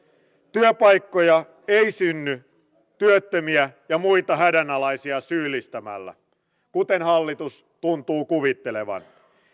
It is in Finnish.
työpaikkoja ei synny työttömiä ja muita hädänalaisia syyllistämällä kuten hallitus tuntuu kuvittelevan